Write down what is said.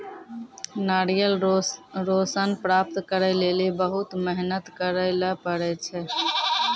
नारियल रो सन प्राप्त करै लेली बहुत मेहनत करै ले पड़ै छै